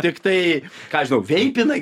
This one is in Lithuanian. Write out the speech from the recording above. tiktai ką aš žinau veipinai